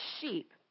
sheep